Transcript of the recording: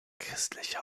christliche